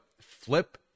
flip